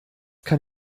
kann